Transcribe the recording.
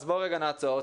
אז בואו רגע נעצור,